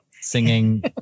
singing